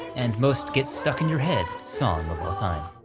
and most get stuck in your head, song of all time.